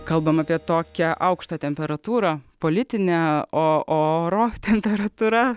kalbam apie tokią aukštą temperatūrą politinę o oro temperatūra